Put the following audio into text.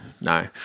no